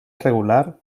irregular